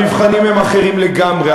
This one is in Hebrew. המבחנים הם אחרים לגמרי.